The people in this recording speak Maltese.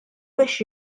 biex